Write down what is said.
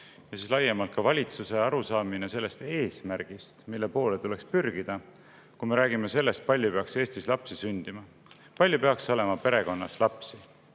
ja laiemalt ka valitsuse arusaamine eesmärgist, mille poole tuleks pürgida, kui me räägime sellest, kui palju peaks Eestis lapsi sündima. Palju peaks olema perekonnas lapsi?